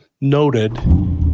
noted